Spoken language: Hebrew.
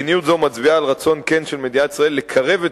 מדיניות זו מצביעה על רצון כן של מדינת ישראל לקרב את